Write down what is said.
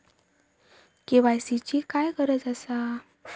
KYC ची काय गरज आसा?